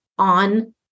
on